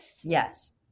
Yes